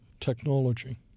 Technology